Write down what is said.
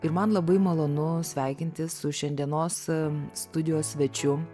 ir man labai malonu sveikintis su šiandienos studijos svečiu